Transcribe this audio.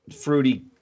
fruity